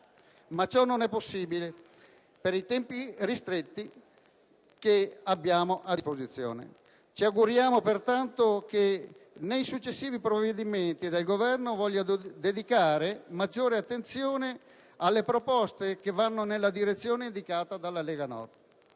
ma ciò non è stato possibile, per i tempi ristretti che abbiamo a disposizione. Ci auguriamo pertanto che nei successivi provvedimenti il Governo voglia dedicare maggiore attenzione alle proposte che vanno nella direzione indicata dalla Lega Nord.